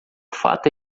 fato